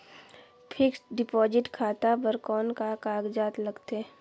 Fixed deposit खाता बर कौन का कागजात लगथे?